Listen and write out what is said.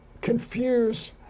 confuse